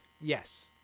Yes